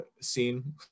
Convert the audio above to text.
scene